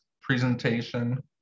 presentation